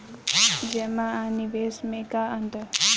जमा आ निवेश में का अंतर ह?